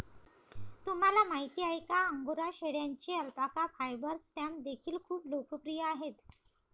तुम्हाला माहिती आहे का अंगोरा शेळ्यांचे अल्पाका फायबर स्टॅम्प देखील खूप लोकप्रिय आहेत